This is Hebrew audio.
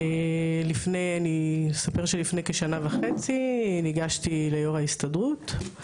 אני אספר שלפני כשנה וחצי ניגשתי ליו"ר ההסתדרות,